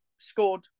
Scored